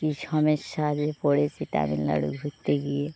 কী সমস্যায় যে পড়েছি তামিলনাড়ু ঘুরতে গিয়ে